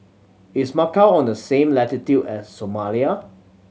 is Macau on the same latitude as Somalia